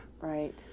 Right